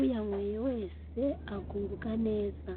uyanyweye wese agubwa neza.